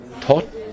taught